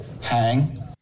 hang